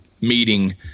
meeting